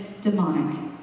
demonic